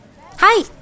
Hi